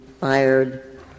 fired